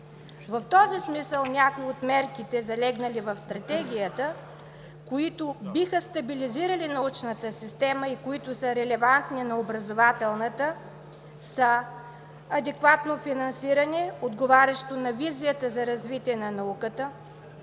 В този смисъл някои от мерките, залегнали в Стратегията, които биха стабилизирали научната система и които са релевантни на образователната, са: адекватно финансиране, отговарящо на визията за развитие на науката;